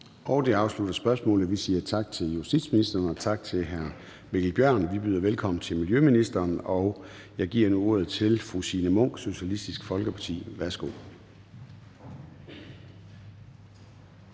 Det afslutter spørgsmålet. Vi siger tak til justitsministeren og til hr. Mikkel Bjørn. Vi byder velkommen til miljøministeren, og jeg giver nu ordet til fru Signe Munk, Socialistisk Folkeparti. Kl.